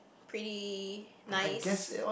pretty nice